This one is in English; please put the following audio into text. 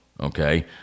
okay